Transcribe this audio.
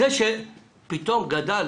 זה שפתאום גדל